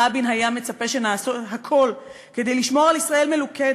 רבין היה מצפה שנעשה הכול כדי לשמור על ישראל מלוכדת.